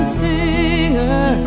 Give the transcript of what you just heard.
singer